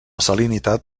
salinitat